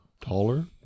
Taller